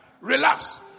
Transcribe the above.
Relax